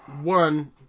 one